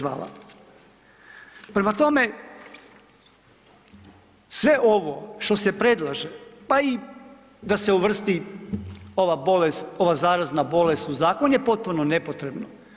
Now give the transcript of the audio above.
Prema tome, sve ovo što se predlaže, pa i da se uvrsti ova bolest, ova zarazna bolest u zakon je potpuno nepotrebno.